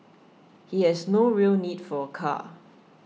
he has no real need for car